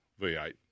V8